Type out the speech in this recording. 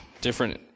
different